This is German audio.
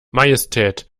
majestät